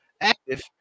active